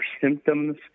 symptoms